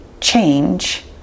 change